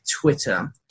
Twitter